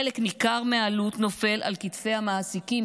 חלק ניכר מהעלות נופל על כתפי המעסיקים,